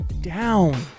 down